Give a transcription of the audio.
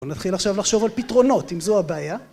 בוא נתחיל עכשיו לחשוב על פתרונות אם זו הבעיה